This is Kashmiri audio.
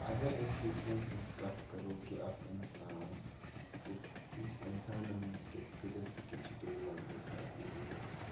اگر أسۍ سِکلَن ہٕنٛز کَتھ کَرو کہِ اَکھ اِنسان کِتھ أکِس اِنسانَس منٛز کۭتیٛاہ سِکِل چھِ ڈٮ۪ولَپ گژھان ییٚلہِ یہِ